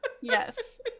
Yes